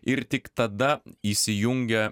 ir tik tada įsijungia